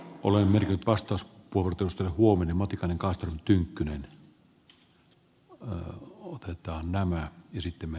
olen lyhyt vastaus puhdasta huomenna matikainen kahta tämä tulee ottaa huomioon